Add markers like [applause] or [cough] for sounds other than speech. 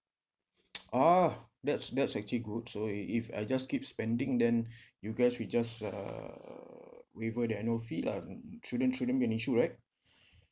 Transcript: ah that's that's actually good so if if I just keep spending then [breath] you guys will just uh waiver the annual fee lah shouldn't shouldn't be an issue right